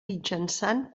mitjançant